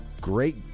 great